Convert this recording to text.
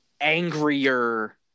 angrier